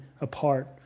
apart